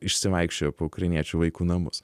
išsivaikščiojo po ukrainiečių vaikų namus